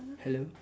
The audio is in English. hello